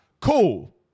Cool